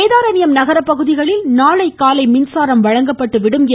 வேதாரண்யம் நகரப் பகுதிகளில் நாளை காலை மின்சாரம் வழங்கப்பட்டு விடும் என